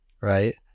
right